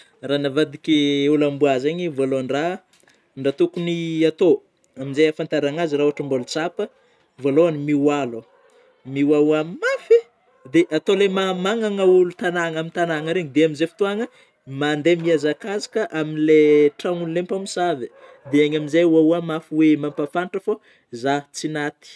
Raha navadiky ôlô amboa zegny ,voalohan-ndraha, ndraha tôkony atao amin'izay ahafantaragna azy raha ôhatry mbola tsapa, vôalôhany mioao aloha mioaoa mafy dia atao ilay maha magnana ôlô tagnana amin'ny tagnana regny dia amin'izay fotôagna mandeha mihazakazaka amin'ilay tranon'ilay mpamosavy dia igny amin'izay mioaoa mampafantara fô zaho tsy naty.